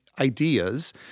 ideas